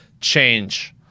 change